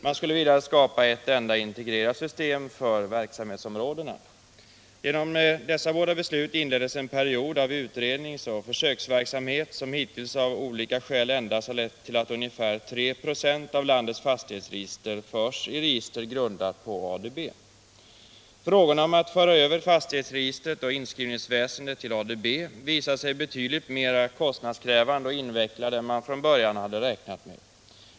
Man skulle vidare skapa ett enda integrerat system för Frågorna om att föra över fastighetsregistret och inskrivningsväsendet till ADB visade sig betydligt mera kostnadskrävande och invecklade än man från början hade räknat med.